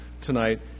tonight